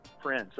friends